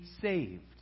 saved